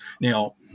now